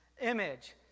image